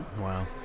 wow